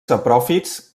sapròfits